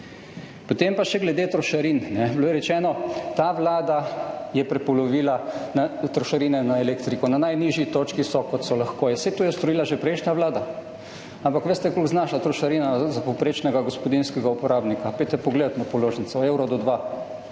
Potem pa še glede trošarin. Bilo je rečeno, ta vlada je prepolovila trošarine za elektriko. Na najnižji točki so, kot so lahko. Ja, saj to je storila že prejšnja vlada. Ampak veste, koliko znaša trošarina za povprečnega gospodinjskega uporabnika? Pojdite pogledat na položnico, evro do dva.